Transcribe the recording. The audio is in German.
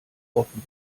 offen